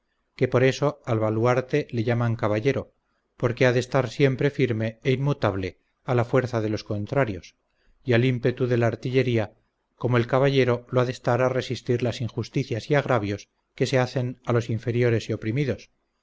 que por eso al baluarte le llaman caballero porque ha de estar siempre firme e inmutable a la fuerza de los contrarios y al ímpetu de la artillería como el caballero lo ha de estar a resistir las injusticias y agravios que se hacen a los inferiores y oprimidos